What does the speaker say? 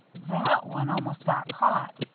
that one almost got caught,